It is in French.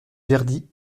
verdi